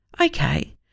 okay